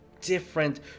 different